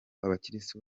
abakirisitu